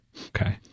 Okay